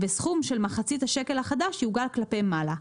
וסכום של מחצית השקל החדש יעוגל כלפי מעלה.